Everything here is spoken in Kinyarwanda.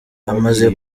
amaze